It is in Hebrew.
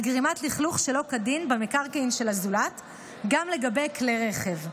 גרימת לכלוך שלא כדין במקרקעין של הזולת גם לגבי כלי רכב.